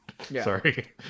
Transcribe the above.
Sorry